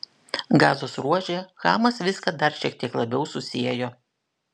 gazos ruože hamas viską dar šiek tiek labiau susiejo